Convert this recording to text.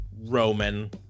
Roman